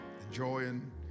enjoying